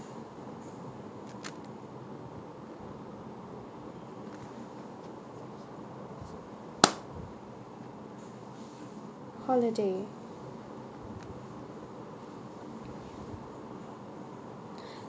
holiday